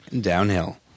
downhill